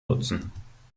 nutzen